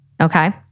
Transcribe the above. Okay